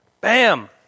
Bam